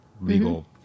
legal